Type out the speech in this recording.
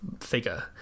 figure